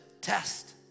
test